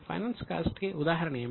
finance cost కి ఉదాహరణ ఏమిటి